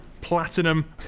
Platinum